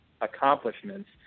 accomplishments